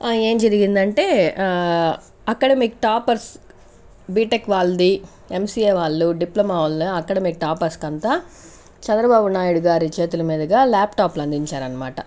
ఏం జరిగిందంటే academic toppers BTech వాళ్లది ఎంసీఏ వాళ్ళు డిప్లమో వాళ్ళు అకాడమిక్ టాపర్స్కు అంతా చంద్రబాబు నాయుడు గారి చేతుల మీదుగా లాప్టాప్లు అందించారనమాట